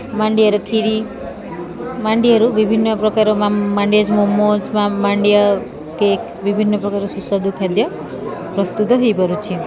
ମାଣ୍ଡିଆର ଖିରି ମାଣ୍ଡିଆରୁ ବିଭିନ୍ନପ୍ରକାର ମାଣ୍ଡିଆ ମୋମୋଜ୍ ମାଣ୍ଡିଆ କେକ୍ ବିଭିନ୍ନପ୍ରକାର ସୁସ୍ଵାଦୁ ଖାଦ୍ୟ ପ୍ରସ୍ତୁତ ହୋଇପାରୁଛି